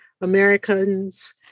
Americans